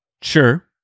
sure